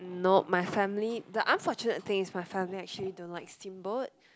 nope my family the unfortunate thing is that my family actually don't like steamboat